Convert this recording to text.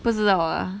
不知道 lah